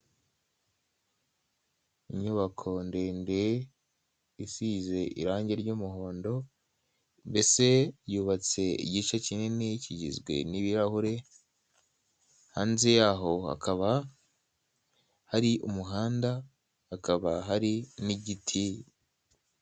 Inyubako ndende isize irangi ry'umuhondo, mbese yubatse igice kinini kigizwe n'ibirahure, hanze yaho hakaba hari umuhanda hakaba hari n'igiti.